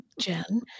Jen